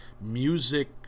Music